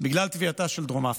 בגלל תביעתה של דרום אפריקה.